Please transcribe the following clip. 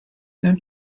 then